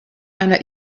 einer